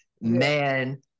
man